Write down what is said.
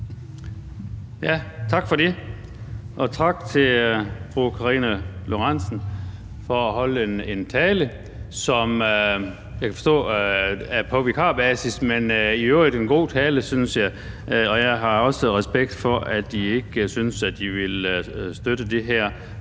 Tak for det. Og tak til fru Karina Lorentzen Dehnhardt for at holde en tale, som jeg kan forstå er på vikarbasis, men som i øvrigt var en god tale, synes jeg. Jeg har også respekt for, at man ikke synes, at man vil støtte det her